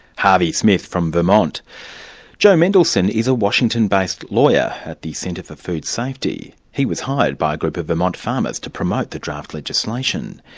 harvey smith, from vermont. joe mendelson is a washington-based lawyer at the centre for food safety. he was hired by a group of vermont farmers to promote the draft legislation.